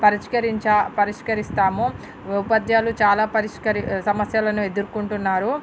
పరిష్కరించ పరిష్కరిస్తాము ఉపాధ్యాయులు చాలా పరిష్క సమస్యలను ఎదుర్కొంటున్నారు